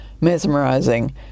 mesmerizing